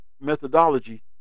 methodology